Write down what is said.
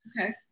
Okay